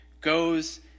goes